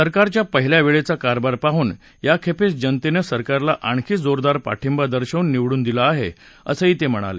सरकारचा पहिल्या वेळेचा कारभार पाहून या खेपेस जनतेनं या सरकारला आणखी जोरदार पाठींबा दर्शवून निवडून दिलं आहे असंही ते म्हणाले